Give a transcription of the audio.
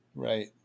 Right